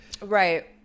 Right